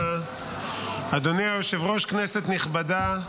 תודה רבה, אדוני היושב-ראש, כנסת נכבדה,